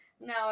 no